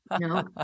no